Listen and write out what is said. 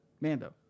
Mando